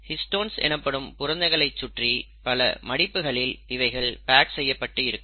histone எனப்படும் புரதங்களை சுற்றி பல மடிப்புகளில் இவைகள் பேக் செய்யப்பட்டு இருக்கும்